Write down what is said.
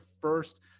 first